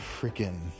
freaking